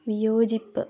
വിയോചിപ്പ്